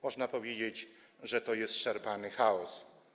Można powiedzieć, że to jest szarpany chaos.